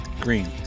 Green